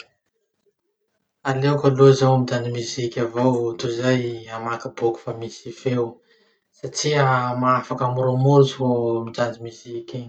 Aleoko aloha zaho mijanjy moziky avao tozay hamaky boky fa misy feo satria mahafaky hamoromorotsy vo mijanjy musique iny.